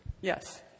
Yes